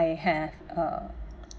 I have uh